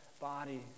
body